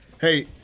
Hey